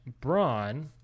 Braun